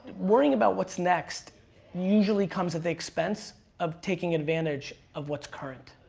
worrying about what's next usually comes at the expense of taking advantage of what's current.